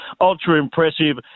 ultra-impressive